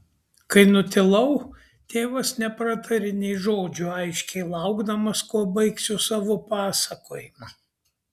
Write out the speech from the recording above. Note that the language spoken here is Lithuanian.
kai nutilau tėvas nepratarė nė žodžio aiškiai laukdamas kuo baigsiu savo pasakojimą